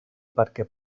perquè